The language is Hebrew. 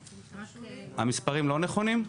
המספרים לא נכונים?